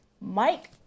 Mike